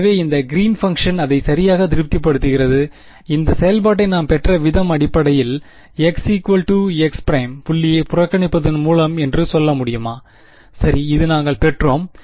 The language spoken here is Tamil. எனவே இந்த கிறீன் பங்க்ஷன் அதை சரியாக திருப்திப்படுத்துகிறது இந்த செயல்பாட்டை நாம் பெற்ற விதம் அடிப்படையில் x x ′ புள்ளியை புறக்கணிப்பதன் மூலம் என்று சொல்ல முடியுமா சரி இது நாங்கள் பெற்றோம்